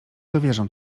dowierzam